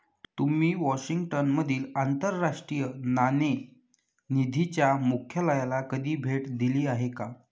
तुम्ही वॉशिंग्टन मधील आंतरराष्ट्रीय नाणेनिधीच्या मुख्यालयाला कधी भेट दिली आहे का?